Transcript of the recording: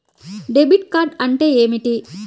Debit card అంటే ఏమిటి?